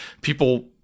people